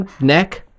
neck